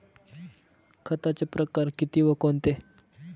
खताचे प्रकार किती व कोणते?